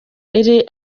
iri